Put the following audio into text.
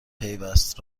پیوست